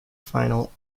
final